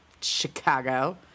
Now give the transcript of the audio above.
Chicago